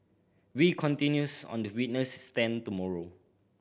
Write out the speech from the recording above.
wee continues on the witness stand tomorrow